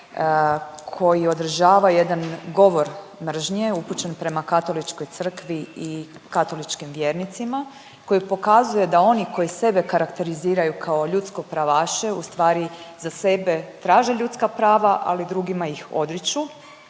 koji održava jedan govor mržnje upućen prema Katoličkoj crkvi i katoličkim vjernicima koji pokazuje da oni koji sebe karakteriziraju kao ljudsko pravaše u stvari za sebe traže ljudska prava ali drugima ih odriču